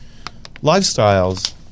Lifestyles